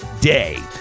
day